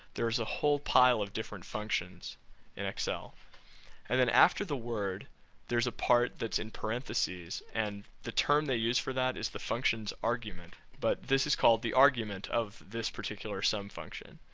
there's a whole pile of different functions in excel and then after the word there's a part that's in parentheses and the term they use for that is the function's argument, but this is called the argument of this particular subfunction.